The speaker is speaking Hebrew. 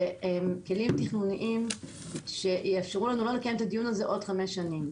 אלה כלים תכנוניים שיאפשרו לנו לא לקיים את הדיון הזה עוד חמש שנים.